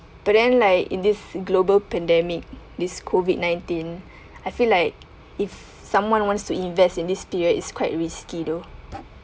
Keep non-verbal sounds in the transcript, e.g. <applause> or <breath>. but then like in this global pandemic this COVID nineteen <breath> I feel like if someone wants to invest in this period is quite risky though